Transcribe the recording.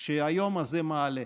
שהיום הזה מעלה.